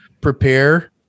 prepare